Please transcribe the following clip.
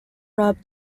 rob